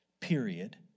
period